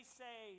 say